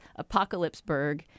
Apocalypseburg